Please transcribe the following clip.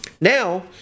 now